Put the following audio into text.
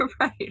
Right